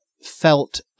felt